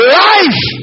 life